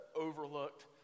overlooked